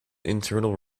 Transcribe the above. internal